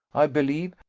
i believe,